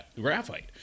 graphite